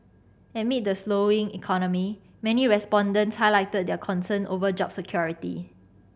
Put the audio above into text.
amid the slowing economy many respondents highlighted their concern over job security